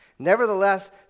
Nevertheless